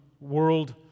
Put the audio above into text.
world